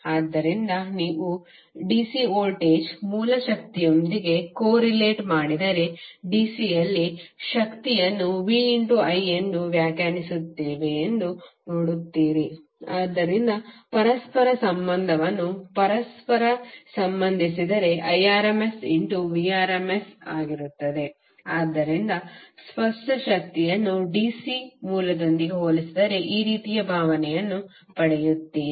ಆದ್ದರಿಂದ ನೀವು DC voltage ಮೂಲ ಶಕ್ತಿಯೊಂದಿಗೆ ಕೋರೆಲೇಟ್ ಮಾಡಿದರೆ DC ಯಲ್ಲಿ ಶಕ್ತಿಯನ್ನು v i ಎಂದು ವ್ಯಾಖ್ಯಾನಿಸುತ್ತೇವೆ ಎಂದು ನೋಡುತ್ತೀರಿ ಆದ್ದರಿಂದ ಪರಸ್ಪರ ಸಂಬಂಧವನ್ನು ಪರಸ್ಪರ ಸಂಬಂಧಿಸಿದರೆ IrmsVrms ಆಗಿರುತ್ತದೆ ಇದರಿಂದಾಗಿ ಸ್ಪಷ್ಟ ಶಕ್ತಿಯನ್ನು DC ಮೂಲದೊಂದಿಗೆ ಹೋಲಿಸಿದರೆ ಈ ರೀತಿಯ ಭಾವನೆಯನ್ನು ಪಡೆಯುತ್ತೀರಿ